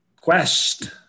Quest